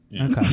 Okay